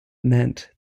meant